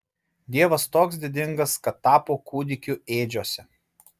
dievas toks didingas kad tapo kūdikiu ėdžiose